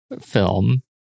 film